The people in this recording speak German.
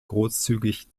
großzügig